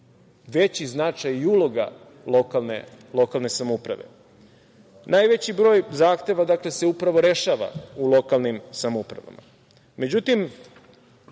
veći značaj i uloga lokalne samouprave. Najveći broj zahteva se upravo rešava u lokalnim samoupravama.